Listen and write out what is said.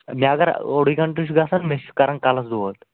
مےٚ اَگر اوٚڑُے گَنٹہٕ چھُ گژھان مےٚ چھُ کران کَلَس دود